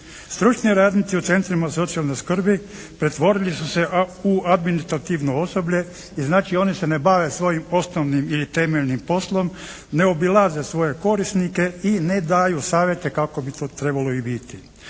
Stručni radnici u centrima socijalne skrbi pretvorili su se u administrativno osoblje i znači oni se ne bave svojim osnovnim i temeljnim poslom, ne obilaze svoje korisnike i ne daju savjete kako bi to trebalo i biti.